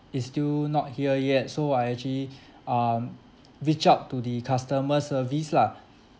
is still not here yet so I actually um reach out to the customer service lah